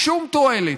שום תועלת,